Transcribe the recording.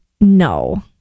No